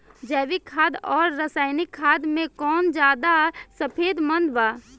जैविक खाद आउर रसायनिक खाद मे कौन ज्यादा फायदेमंद बा?